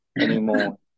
anymore